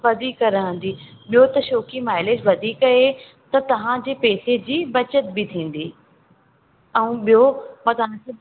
वधीक रहंदी ॿियों त छोकी माइलेज वधीक आहे त तव्हांजे पैसे जी बचत बि थींदी ऐं ॿियों मां तव्हांखे